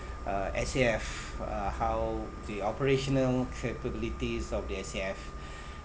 uh S_A_F uh how the operational capabilities of the S_A_F